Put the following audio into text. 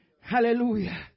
Hallelujah